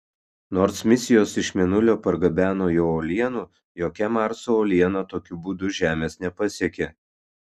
nors misijos iš mėnulio pargabeno jo uolienų jokia marso uoliena tokiu būdu žemės nepasiekė